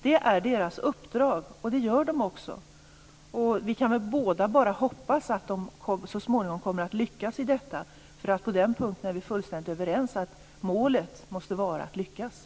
Det är Jordbruksverkets uppdrag, och det gör man också. Vi kan båda bara hoppas att man så småningom kommer att lyckas med detta. På den punkten är vi fullständigt överens: Målet måste vara att man lyckas.